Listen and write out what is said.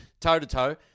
toe-to-toe